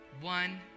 One